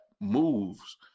moves